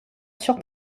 sur